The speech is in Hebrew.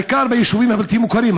בעיקר ביישובים הבלתי-מוכרים?